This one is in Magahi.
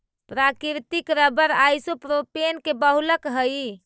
प्राकृतिक रबर आइसोप्रोपेन के बहुलक हई